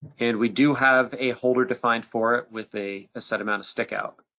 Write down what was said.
and we do have a holder defined for it with a a set amount of stick out.